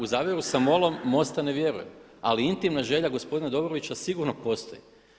U zavjeru sa MOL-om MOST-a ne vjerujem, ali intimna želja gospodina Dobrovića sigurno postoji.